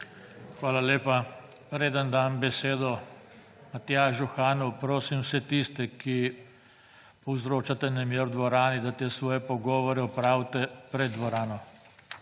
Hvala lepa. Preden dam besedo Matjažu Hanu, prosim vse tiste, ki povzročate nemir v dvorani, da te svoje pogovore opravite pred dvorano